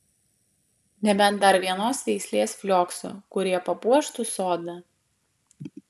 nebent dar vienos veislės flioksų kurie papuoštų sodą